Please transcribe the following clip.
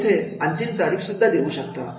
आपण येथे अंतिम तारीख देऊ शकतो